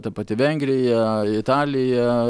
ta pati vengrija italija